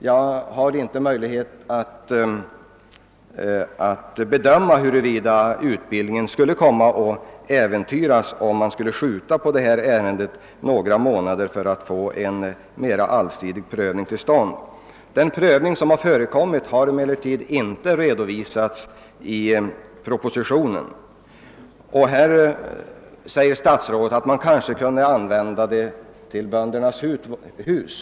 Jag har inte möjlighet att bedöma huruvida utbildningen skulle komma att äventyras, om man uppsköt avgörandet i detta ärende några månader för att få en mer allsidig prövning till stånd. Den prövning som förekommit har emellertid inte redovisats i propositionen. Statsrådet säger att man kanske kunde använda byggnaderna till ett Böndernas hus.